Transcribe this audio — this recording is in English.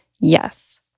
yes